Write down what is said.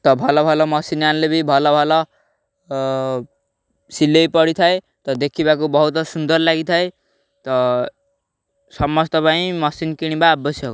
ତ ଭଲ ଭଲ ମେସିନ୍ ଆଣିଲେ ବି ଭଲ ଭଲ ସିଲେଇ ପଡ଼ିଥାଏ ତ ଦେଖିବାକୁ ବହୁତ ସୁନ୍ଦର ଲାଗିଥାଏ ତ ସମସ୍ତ ପାଇଁ ମେସିନ୍ କିଣିବା ଆବଶ୍ୟକ